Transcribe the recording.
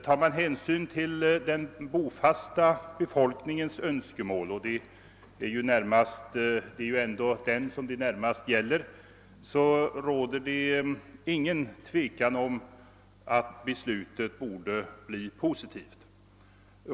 Tar man hänsyn till den bofasta befolkningens önskemål — och det är ju ändå den det närmast gäller — så råder det ingen tvekan om att beslutet borde bli positivt.